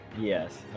Yes